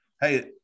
Hey